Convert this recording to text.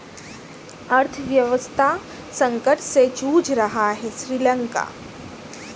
अर्थव्यवस्था संकट से जूझ रहा हैं श्रीलंका